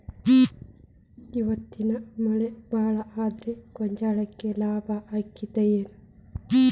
ಇವತ್ತಿನ ಮಳಿ ಭಾಳ ಆದರ ಗೊಂಜಾಳಕ್ಕ ಲಾಭ ಆಕ್ಕೆತಿ ಏನ್?